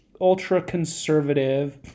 ultra-conservative